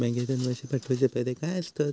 बँकेतून पैशे पाठवूचे फायदे काय असतत?